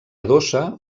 adossa